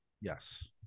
Yes